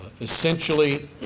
Essentially